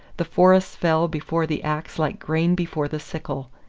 the forests fell before the ax like grain before the sickle.